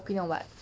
opinion on what